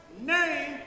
name